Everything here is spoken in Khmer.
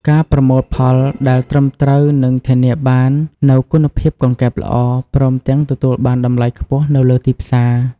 ការប្រមូលផលដែលត្រឹមត្រូវនឹងធានាបាននូវគុណភាពកង្កែបល្អ ព្រមទាំងទទួលបានតម្លៃខ្ពស់នៅលើទីផ្សារ។